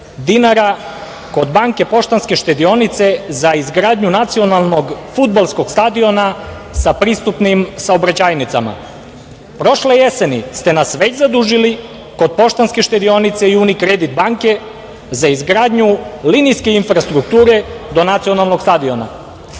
dinara kod banke Poštanske štedionice za izgradnju nacionalnog fudbalskog stadiona, sa pristupnim saobraćajnicama. Prošle jeseni ste nas već zadužili kod Poštanske štedionice i Uni kredit banke za izgradnju linijske infrastrukture do nacionalnog stadiona.